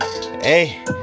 hey